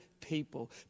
people